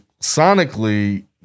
sonically